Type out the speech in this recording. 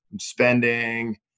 spending